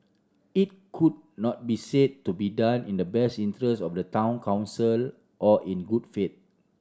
it could not be said to be done in the best interest of the Town Council or in good faith